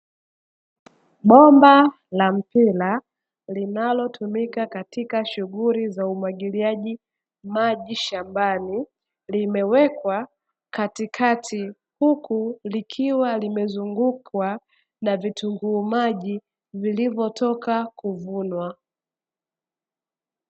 Bomba la mpira linalotumika katika shughuli za umwagiliaji maji shambani limewekwa katikati, huku likiwa limezungukwa na vitunguu maji vilivyotoka kuvunwa.